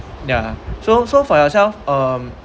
ya so so for yourself um